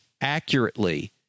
accurately